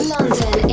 London